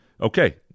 okay